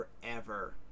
forever